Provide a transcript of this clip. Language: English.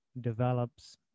develops